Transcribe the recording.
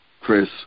Chris